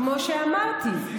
כמו שאמרתי,